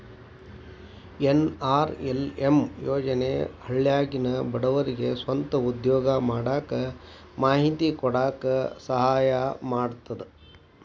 NRLM ಯೋಜನೆ ಹಳ್ಳ್ಯಾಗಿನ ಬಡವರಿಗೆ ಸ್ವಂತ ಉದ್ಯೋಗಾ ಮಾಡಾಕ ಮಾಹಿತಿ ಕೊಡಾಕ ಸಹಾಯಾ ಮಾಡ್ತದ